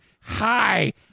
Hi